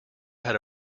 had